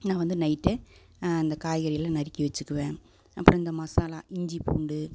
நான் வந்து நைட்டே இந்த காய்கறிகள எல்லாம் நறுக்கி வச்சுக்குவேன் அப்புறம் அந்த மசாலா இஞ்சி பூண்டு